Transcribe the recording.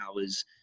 hours